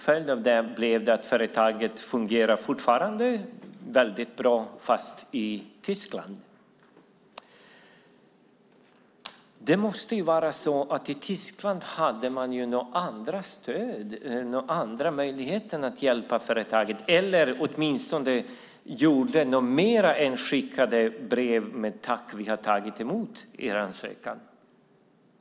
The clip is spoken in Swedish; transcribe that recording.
Följden av det blev att företaget fortfarande fungerar mycket bra, men nu i Tyskland. I Tyskland måste man ha haft andra stöd, andra möjligheter att hjälpa företaget; åtminstone gjorde man mer än att bara skicka ett brev med ett tack, vi har tagit emot er ansökan.